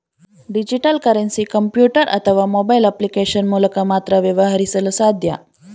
digital currency computer ಅಥವಾ mobile application ಮೂಲಕ ಮಾತ್ರ ವ್ಯವಹರಿಸಲು ಸಾಧ್ಯ